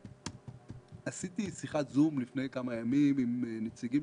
לפני כמה ימים עשיתי שיחת זום עם נציגים